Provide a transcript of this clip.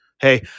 hey